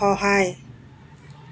সহায়